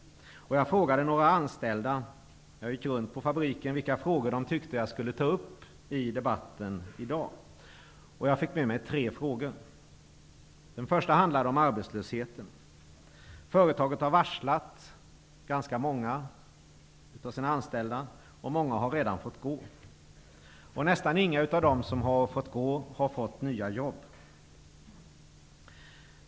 Jag gick runt på fabriken och frågade några anställda vilka frågor de tyckte att jag skulle ta upp i debatten i dag. Jag fick med mig tre frågor. Den första handlade om arbetslösheten. Företaget har varslat ganska många av sina anställda, och många har redan fått gå. Nästan ingen av dem som fått gå har fått nya jobb.